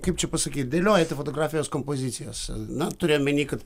kaip čia pasakyt dėliojate fotografijos kompozicijas na turiu omeny kad